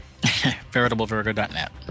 VeritableVirgo.net